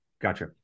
Gotcha